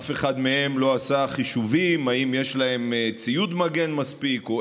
אף אחד מהם לא עשה חישובים אם יש להם ציוד מגן מספיק או